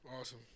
Awesome